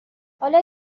حالا